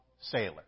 sailor